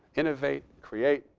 innovate, create,